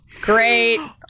great